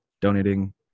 donating